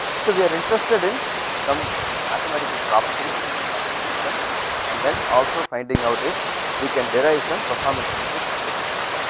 so, we are interested in some mathematical properties of this system and then also finding out if we can derive some performance matrix from this system.